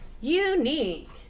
unique